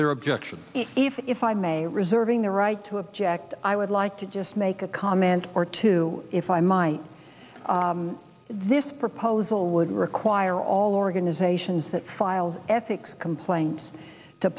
another objection if if i may be reserving the right to object i would like to just make a comment or two if i might this proposal would require all organizations that filed ethics complaints to